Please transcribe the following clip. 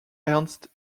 ernst